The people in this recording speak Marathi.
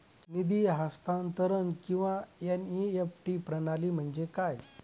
निधी हस्तांतरण किंवा एन.ई.एफ.टी प्रणाली म्हणजे काय?